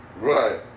Right